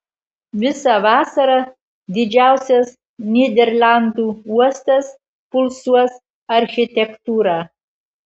visą vasarą didžiausias nyderlandų uostas pulsuos architektūra